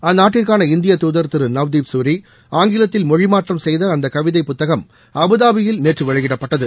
அந்நாட்டுக்கான இந்திய தூதர் திரு நவ்தீப் சூரி ஆங்கிலத்தில் மொழிமாற்றம் செய்த அந்த கவிதை புத்தகம் அபுதாபியில் நேற்று வெளியிடப்பட்டது